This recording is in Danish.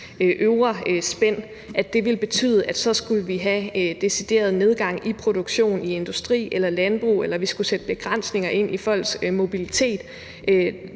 øvre spænd på 54 pct. vil betyde, at vi så skulle have decideret nedgang i produktionen i industri eller landbrug, eller at vi skulle sætte begrænsninger ind i folks mobilitet.